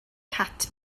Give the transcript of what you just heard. cat